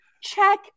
check